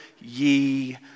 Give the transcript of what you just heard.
ye